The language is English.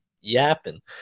yapping